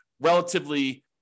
relatively